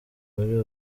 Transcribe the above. muri